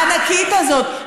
הענקית הזאת,